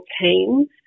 teams